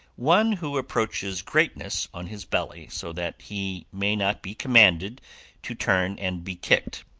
one who approaches greatness on his belly so that he may not be commanded to turn and be kicked.